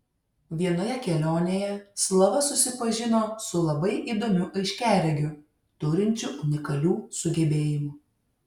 vienoje kelionėje slava susipažino su labai įdomiu aiškiaregiu turinčiu unikalių sugebėjimų